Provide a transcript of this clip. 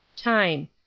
Time